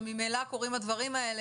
וממילא קורים הדברים האלה.